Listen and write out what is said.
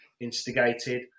instigated